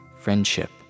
friendship